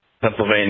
Pennsylvania